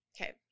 Okay